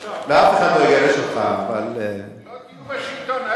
לא, אף אחד לא יגרש אותך, אבל, לא תהיו בשלטון.